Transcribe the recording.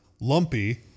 Lumpy